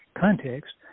context